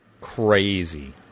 crazy